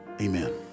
amen